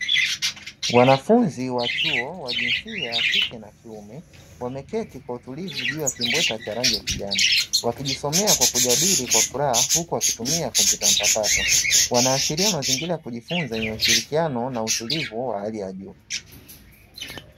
Wanafunzi wa chuo wa jinsia ya kiume na kike wameketi kwa utulivu juu ya kimbweta cha rangi ya kijani, wakijisomea kwa kujadili kwa furaha huku wakitumia kompyuta mpakato, wanaashiria mazingira ya kujifunza yenye ushirikiano na utulivu wa hali ya juu.